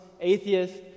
atheists